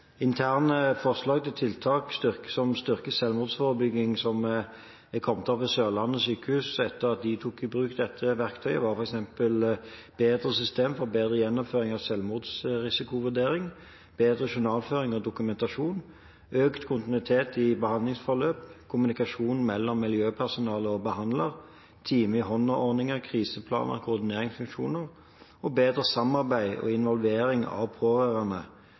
Interne forslag til tiltak som styrker selvmordsforebygging, som er kommet opp ved Sørlandet sykehus etter at de tok i bruk dette verktøyet, er f.eks. bedre system for bedre gjennomføring av selvmordsrisikovurdering, bedre journalføring og dokumentasjon, økt kontinuitet i behandlingsforløp, kommunikasjon mellom miljøpersonale og behandler, time-i-hånda-ordninger, kriseplaner og koordineringsfunksjoner. Bedre samarbeid og involvering av pårørende